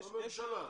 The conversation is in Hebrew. מהממשלה.